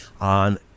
on